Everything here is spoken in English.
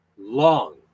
long